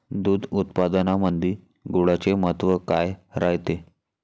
दूध उत्पादनामंदी गुळाचे महत्व काय रायते?